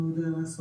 מה הוא יודע לעשות,